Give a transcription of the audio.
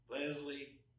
Leslie